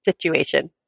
situation